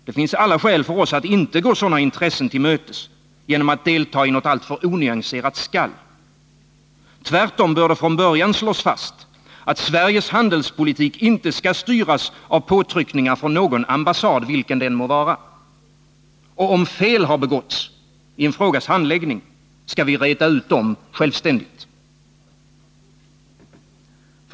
Det finns alla skäl för oss att inte gå sådana intressen till mötes genom att delta i något alltför onyanserat skall. Tvärtom bör det från början slås fast att Sveriges handelspolitik inte skall styras av påtryckningar från någon ambassad, vilken ambassad det än må vara. Och om fel har begåtts vid 61 handläggningen av en fråga skall vi reda ut dem självständigt.